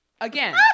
again